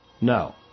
No